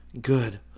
Good